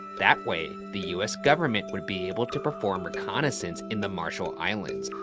that way, the us government would be able to perform reconnaissance in the marshall islands,